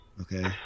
Okay